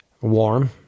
warm